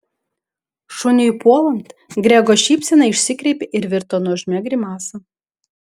šuniui puolant grego šypsena išsikreipė ir virto nuožmia grimasa